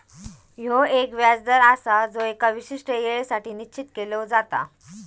ह्यो एक व्याज दर आसा जो एका विशिष्ट येळेसाठी निश्चित केलो जाता